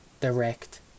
direct